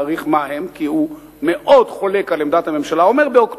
בנאום הבא תמצא מה שאמר השר לאיכות הסביבה,